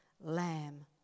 lamb